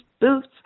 boots